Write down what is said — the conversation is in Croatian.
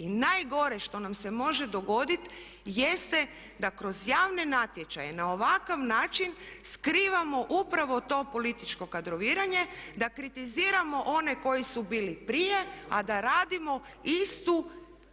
I najgore što nam se može dogoditi jeste da kroz javne natječaje na ovakav način skrivamo upravo to političko kadroviranje, da kritiziramo one koji su bili prije, a da radimo istu